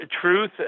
Truth